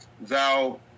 thou